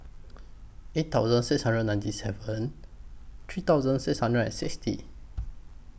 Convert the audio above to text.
eight thousand six hundred and ninety seven three thousand six hundred and sixty